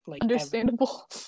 Understandable